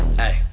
hey